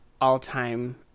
all-time